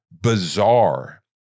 bizarre